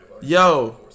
Yo